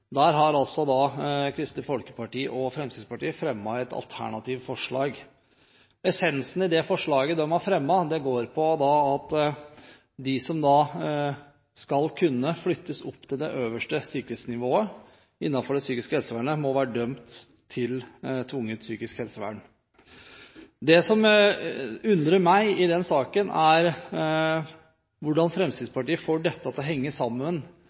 Der har Kristelig Folkeparti og Fremskrittspartiet fremmet et alternativt forslag. Essensen i det forslaget går på at de som skal kunne flyttes opp til det øverste sikkerhetsnivået innenfor det psykiske helsevernet, må være dømt til tvungent psykisk helsevern. Det som undrer meg i den saken, er hvordan Fremskrittspartiet får dette til å henge sammen